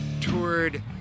toured